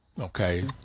Okay